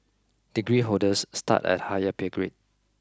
degree holders start at higher pay grade